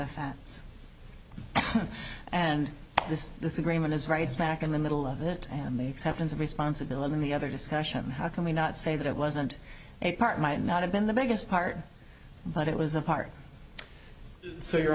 facts and this this agreement is right smack in the middle of it and the exceptions of responsibility on the other discussion how can we not say that it wasn't a part might not have been the biggest part but it was a part so you're